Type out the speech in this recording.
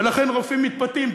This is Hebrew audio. ולכן רופאים מתפתים,